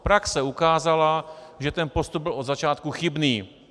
Praxe ukázala, že ten postup byl od začátku chybný.